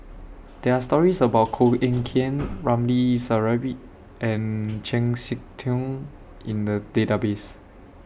There Are stories about Koh Eng Kian Ramli Sarip and Chng Seok Tin in The Database